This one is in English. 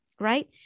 right